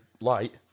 light